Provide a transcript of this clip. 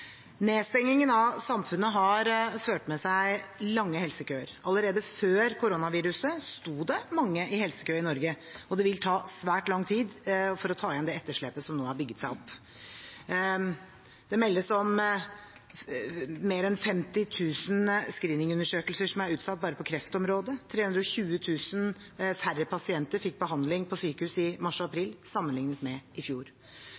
Nedstengingen av samfunnet har ført med seg lange helsekøer. Allerede før koronaviruset sto det mange i helsekø i Norge, og det vil ta svært lang tid å ta igjen det etterslepet som nå har bygget seg opp. Det meldes om mer enn 50 000 screeningundersøkelser som er utsatt bare på kreftområdet, og 320 000 færre pasienter fikk behandling på sykehus i mars og april sammenlignet med i fjor.